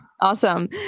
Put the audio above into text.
Awesome